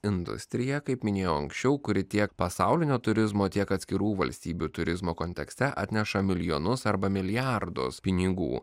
industrija kaip minėjau anksčiau kuri tiek pasaulinio turizmo tiek atskirų valstybių turizmo kontekste atneša milijonus arba milijardus pinigų